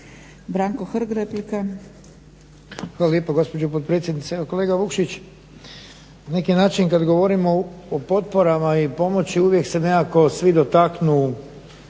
Branko (HSS)** Hvala lijepa gospođo potpredsjednice. Evo kolega Vukšić na neki način kad govorimo o potporama i pomoći uvijek se nekako svi dotaknu